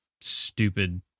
stupid